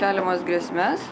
keliamas grėsmes